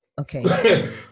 okay